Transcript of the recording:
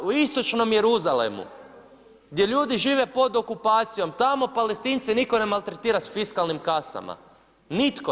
U istočnom Jeruzalemu, gdje ljudi žive pod okupacijom, tamo Palestince nitko ne maltretira s fiskalnim kasama, nitko.